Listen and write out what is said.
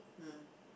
mm